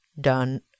done